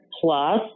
plus